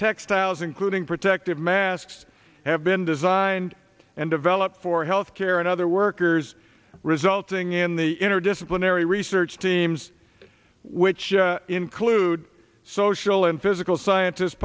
textiles including protective masks have been designed and developed for health care and other workers resulting in the interdisciplinary research teams which include social and physical scientist